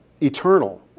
eternal